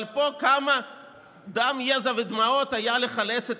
אבל פה כמה דם יזע ודמעות היו כדי לחלץ את